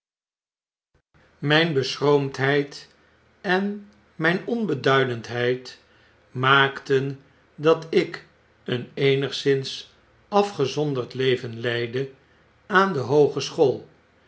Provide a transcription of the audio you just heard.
myn beschroomdheid en myn onbeduidendheid maakten dat ik een eenigszins afgezonderd leven leidde aan de hoogeschool